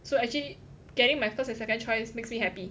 so actually getting my first and second choice makes me happy